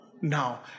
now